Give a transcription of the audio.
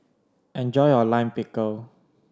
enjoy your Lime Pickle